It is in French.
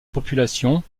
population